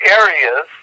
areas